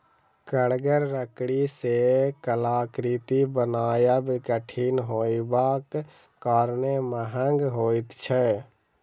कड़गर लकड़ी सॅ कलाकृति बनायब कठिन होयबाक कारणेँ महग होइत छै